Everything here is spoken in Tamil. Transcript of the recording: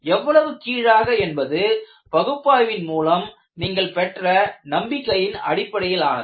எவ்வளவு கீழாக என்பது பகுப்பாய்வின் மூலம் நீங்கள் பெற்ற நம்பிக்கையின் அடிப்படையிலானது